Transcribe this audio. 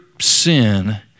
sin